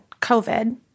COVID